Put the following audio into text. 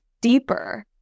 deeper